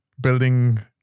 Building